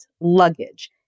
luggage